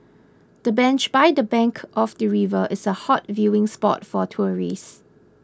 the bench by the bank of the river is a hot viewing spot for tourists